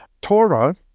Torah